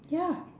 ya